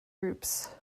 groups